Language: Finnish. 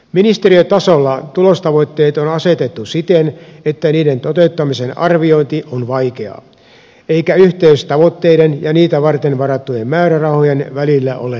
ministeriötasolla tulostavoitteet on asetettu siten että niiden toteuttamisen arviointi on vaikeaa eikä yhteys tavoitteiden ja niitä varten varattujen määrärahojen välillä ole nähtävissä